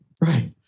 Right